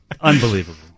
unbelievable